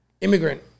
Immigrant